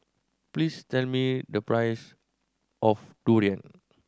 please tell me the price of durian